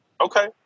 Okay